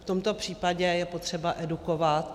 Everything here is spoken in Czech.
V tomto případě je potřeba edukovat.